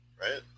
Right